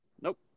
nope